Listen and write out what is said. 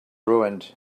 ruined